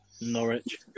Norwich